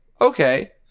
Okay